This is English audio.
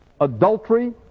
adultery